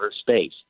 space